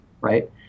right